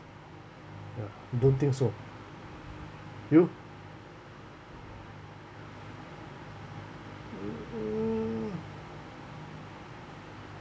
ya I don't think so you mm mm